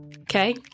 Okay